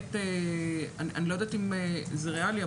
אני לא יודעת אם זה ריאלי,